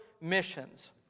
missions